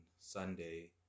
Sunday